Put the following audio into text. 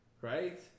right